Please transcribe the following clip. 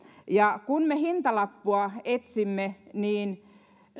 kun me hintalappua etsimme